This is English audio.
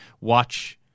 Watch